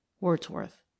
Wordsworth